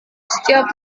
setiap